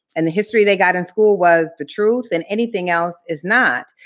and the history they got in school was the truth, and anything else is not.